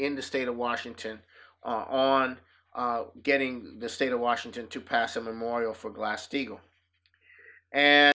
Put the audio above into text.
in the state of washington on getting the state of washington to pass a memorial for glass steagall and